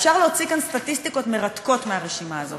אפשר להוציא כאן סטטיסטיקות מרתקות מהרשימה הזאת,